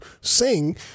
sing